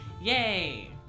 Yay